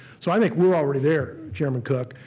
so i think we're already there, chairman cook.